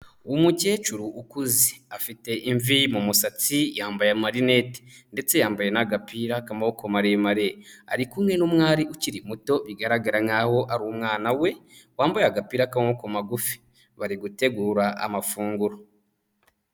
Umukecuru ukuze afite imvi mu musatsi, yambaye amarinete ndetse yambaye n'agapira k'amaboko maremare, ari kumwe n'umwari ukiri muto bigaragara nkaho ari umwana we wambaye agapira k'amaboko magufi. bari gutegura amafunguro.